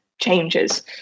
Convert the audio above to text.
changes